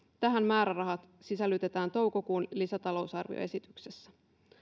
määrärahat tähän sisällytetään toukokuun lisätalousarvioesitykseen